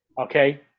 okay